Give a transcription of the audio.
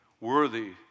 Worthy